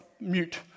mute